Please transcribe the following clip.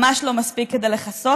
ממש לא מספיק כדי לכסות,